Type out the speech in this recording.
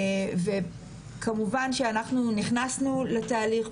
כמובן שאנחנו נכנסנו לתהליך.